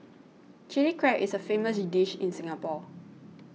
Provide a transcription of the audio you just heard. Chilli Crab is a famous dish in Singapore